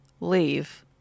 leave